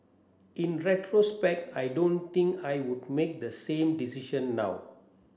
in retrospect I don't think I would make the same decision now